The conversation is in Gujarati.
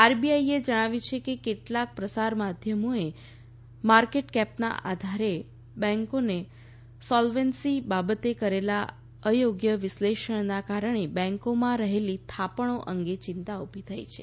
આરબીઆઈએ જણાવ્યું છે કે કેટલાંક પ્રસાર માધ્યમોએ માર્કેટકેપના આધારે બેન્કોની સોલ્વેન્સી બાબતે કરેલા અયોગ્ય વિશ્લેષણના કારણે બેન્કોમાં રહેલી થાપણો અંગે ચિંતા ઊભી થઈ છે